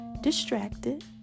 distracted